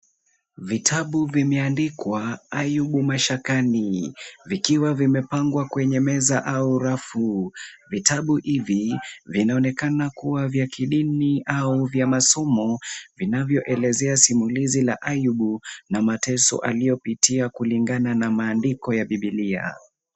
Vitabu vimeandikwa Ayubu Mashakani vikiwa vimepangwa kwenye meza au rafu. Vitabu hivi vinaonekana kuwa vya kidini au vya masomo vinavyoelezea simulizi la Ayubu na mateso aliyoyapitia kulingana na maandiko ya Bibilia.